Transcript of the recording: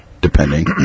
depending